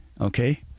Okay